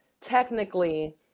technically